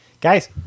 Guys